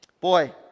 Boy